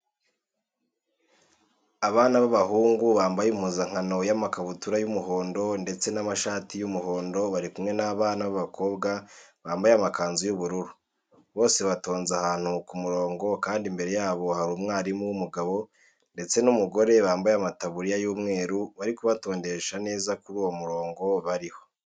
Abana b'abahungu bambaye impuzankano y'amakabutura ay'umuhondo ndetse n'amashati y'umuhondo bari kumwe n'abana b'abakobwa bambaye amakanzu y'ubururu, bose batonze ahantu ku murongo kandi imbere yabo hari umwarimu w'umugabo ndetse n'umugore bambaye amataburiya y'umweru bari kubatondesha neza kuri uwo murongo bariho.